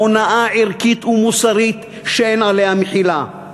הונאה ערכית ומוסרית שאין עליה מחילה.